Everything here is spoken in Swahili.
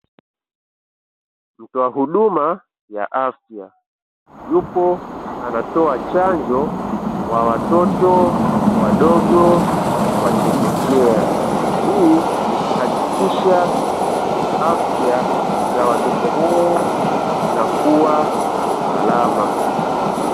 Mtoa huduma ya afya yupo anatoa chanjo kwa watoto wadogo wa chekechea, hii ni kuhakikisha afya za watoto hawa zinakua salama.